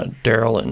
ah darrell, and